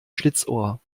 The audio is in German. schlitzohr